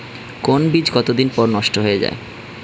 কোন বীজ কতদিন পর নষ্ট হয়ে য়ায়?